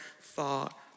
thought